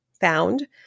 found